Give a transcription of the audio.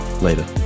Later